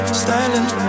styling